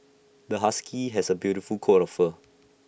this husky has A beautiful coat of fur